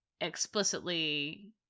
explicitly